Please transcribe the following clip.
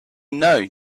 know